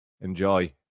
Enjoy